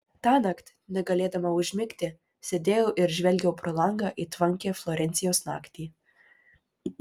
tąnakt negalėdama užmigti sėdėjau ir žvelgiau pro langą į tvankią florencijos naktį